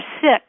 sick